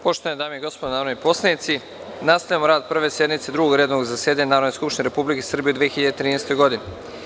Poštovane dame i gospodo narodni poslanici, nastavljamo rad Prve sednice Drugog redovnog zasedanja Narodne skupštine Republike Srbije u 2013. godini.